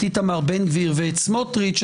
את איתמר בן גביר ואת סמוטריץ,